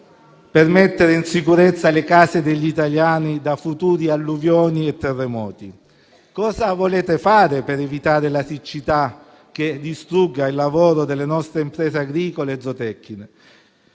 per mettere in sicurezza le case degli italiani da futuri alluvioni e terremoti? Cosa volete fare per evitare che la siccità distrugga il lavoro delle nostre imprese agricole e zootecniche,